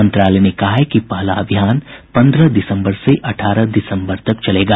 मंत्रालय ने कहा है कि पहला अभियान पंद्रह दिसम्बर से अठारह दिसम्बर तक चलेगा